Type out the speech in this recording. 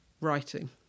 writing